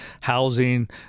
housing